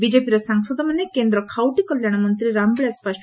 ବିଜେପିର ସାଂସଦମାନେ କେନ୍ଦ ଖାଉଟି କଲ୍ୟାଣ ମନ୍ତୀ ରାମବିଳାସ ପାଶଓ